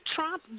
Trump